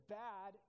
bad